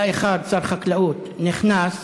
היה אחד, שר חקלאות, נכנס,